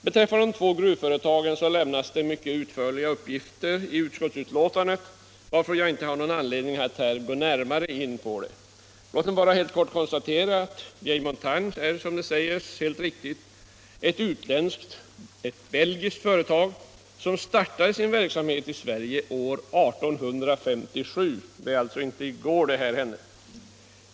Beträffande de två gruvföretagen lämnas utförliga uppgifter i utskottsbetänkandet, varför jag saknar anledning att här gå närmare in på detta. Låt mig bara konstatera att Vieille Montagne, som det helt riktigt sägs i motionen, är ett utländskt — ett belgiskt — företag som startade sin verksamhet i Sverige år 1857. Det var alltså inte i går som det hände.